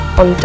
on